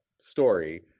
story